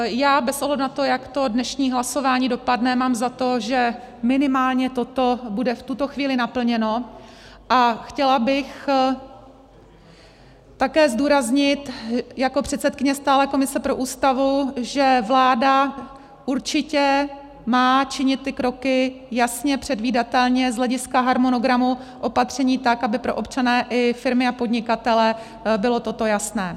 Já, bez ohledu na to, jak to dnešní hlasování dopadne, mám za to, že minimálně toto bude v tuto chvíli naplněno, a chtěla bych také zdůraznit jako předsedkyně stálé komise pro Ústavu, že vláda určitě má činit ty kroky jasně, předvídatelně z hlediska harmonogramu opatření, tak aby pro občany i firmy a podnikatele bylo toto jasné.